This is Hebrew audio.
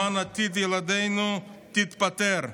למען עתיד ילדינו, תתפטר.